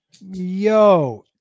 Yo